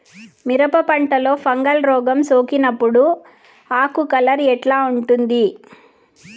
మిరప పంటలో ఫంగల్ రోగం సోకినప్పుడు ఆకు కలర్ ఎట్లా ఉంటుంది?